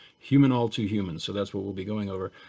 human all too human. so that's what we'll be going over,